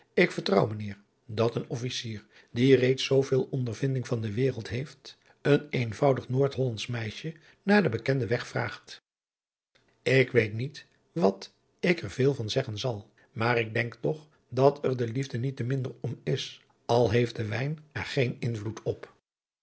ik vertrouw mijn heer dat een officier die reeds zooveel ondervinding van de wereld heeft een eenvoudig noordhollandsch meisje naar den bekenden weg vraagt ik weet niet wat ik er veel van zeggen zal maar ik denk toch dat er de liefde niet te minder om is al heeft de wijn er geen invloed op